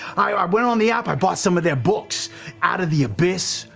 i ah i went on the app, i bought some of their books out of the abyss,